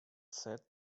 said